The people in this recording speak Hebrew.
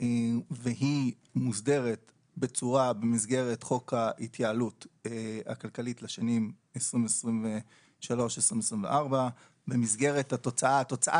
והיא מוסדרת במסגרת חוק ההתייעלות הכלכלית לשנים 2023 2024. התוצאה